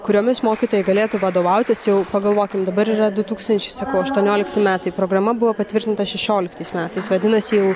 kuriomis mokytojai galėtų vadovautis jau pagalvokim dabar yra du tūkstančiai sakau aštuoniolikti metai programa buvo patvirtinta šešioliktais metais vadinasi jau